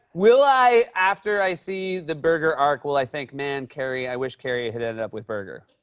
will i after i see the berger arc, will i think, man, carrie i wish carrie had ended up with berger?